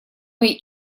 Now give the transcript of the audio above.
мои